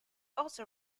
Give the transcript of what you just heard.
also